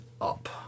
up